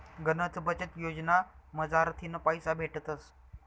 गनच बचत योजना मझारथीन पैसा भेटतस